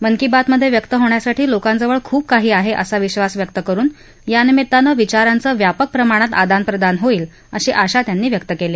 मन की बात मधे व्यक्त होण्यासाठी लोकांजवळ सांगण्यासाठी खूप काही आहे असा विधास व्यक्त करुन यानिमित्ताने विचाराच व्यापक प्रमाणात आदानप्रदान होईल अशी आशा त्यांनी व्यक्त केली